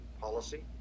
policy